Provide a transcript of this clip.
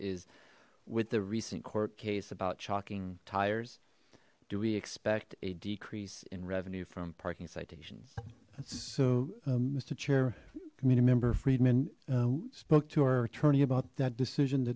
is with the recent court case about chalking tires do we expect a decrease in revenue from parking citations so mister chair committee member freedman spoke to our attorney about that decision